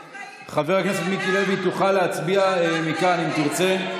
חבר הכנסת מיקי לוי, תוכל להצביע מכאן, אם תרצה.